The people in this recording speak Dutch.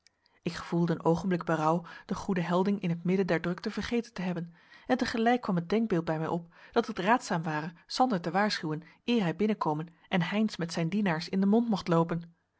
ik gevoelde een oogenblik berouw den goeden helding in het midden der drukte vergeten te hebben en te gelijk kwam het denkbeeld bij mij op dat het raadzaam ware sander te waarschuwen eer hij binnenkomen en heynsz met zijn dienaars in den mond mocht loopen